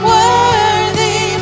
worthy